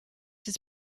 his